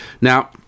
Now